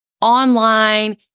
Online